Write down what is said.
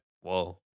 Whoa